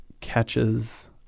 catches